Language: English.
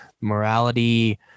morality